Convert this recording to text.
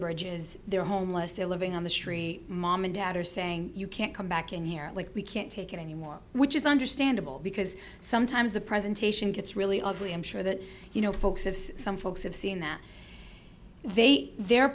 bridges they're homeless they're living on the street mom and dad are saying you can't come back in here like we can't take it anymore which is understandable because sometimes the presentation gets really ugly i'm sure that you know folks as some folks have seen that they their